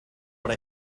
what